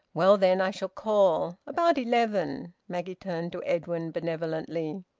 well, then, i shall call. about eleven. maggie turned to edwin benevolently.